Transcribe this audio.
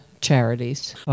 charities